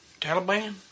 Taliban